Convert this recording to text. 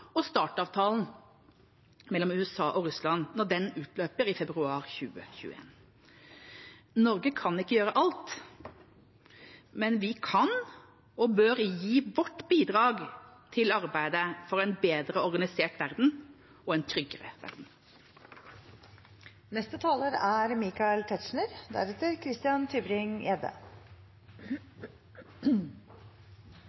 og START-avtalen mellom USA og Russland når den utløper i februar 2021. Norge kan ikke gjøre alt. Men vi kan og bør gi vårt bidrag til arbeidet for en bedre organisert verden og en tryggere verden. Jeg vil i likhet med foregående taler